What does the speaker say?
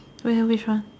where which one